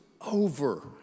over